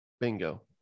bingo